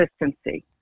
consistency